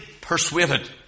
persuaded